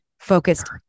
focused